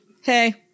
Hey